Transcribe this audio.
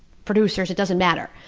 producers, it doesn't matter.